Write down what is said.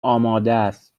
آمادست